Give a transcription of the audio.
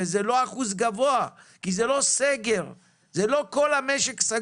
אנחנו לא בסגר אז לא מדובר בכל המשק,